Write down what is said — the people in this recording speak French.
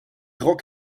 grand